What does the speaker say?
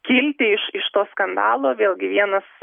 kilti iš iš to skandalo vėlgi vienas